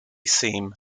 seem